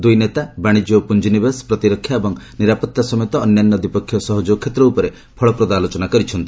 ଦୁଇ ନେତା ବାଶିଜ୍ୟ ଓ ପୁଞ୍ଜିନିବେଶ ପ୍ରତିରକ୍ଷା ଏବଂ ନିରାପତ୍ତା ସମେତ ଅନ୍ୟାନ୍ୟ ଦ୍ୱିପକ୍ଷୀୟ ସହଯୋଗ କ୍ଷେତ୍ର ଉପରେ ଫଳପ୍ରଦ ଆଲୋଚନା କରିଛନ୍ତି